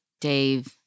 Dave